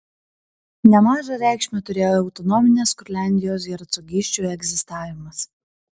nemažą reikšmę turėjo autonominės kurliandijos hercogysčių egzistavimas